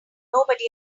nobody